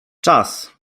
czas